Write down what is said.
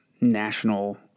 national